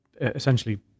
essentially